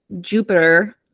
Jupiter